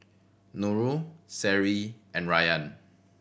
Nurul Seri and Ryan